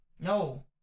No